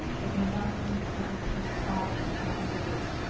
but madame only set her teeth hard into her under lip,